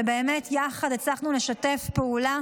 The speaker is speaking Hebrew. שיחד הצלחנו לשתף פעולה,